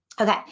Okay